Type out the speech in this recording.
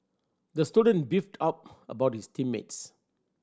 the student beefed out about his team mates